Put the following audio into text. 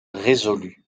résolue